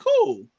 cool